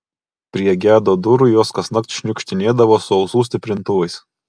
prie gedo durų jos kasnakt šniukštinėdavo su ausų stiprintuvais